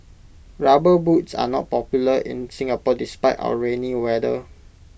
rubber boots are not popular in Singapore despite our rainy weather